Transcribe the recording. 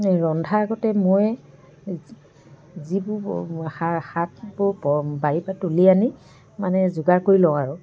ৰন্ধা আগতে মই যিবোৰ শাকবোৰ বাৰীৰ পৰা তুলি আনি মানে যোগাৰ কৰি লওঁ আৰু